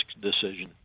decision